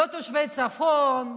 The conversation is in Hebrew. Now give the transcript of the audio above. לא תושבי הצפון,